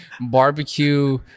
barbecue